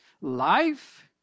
Life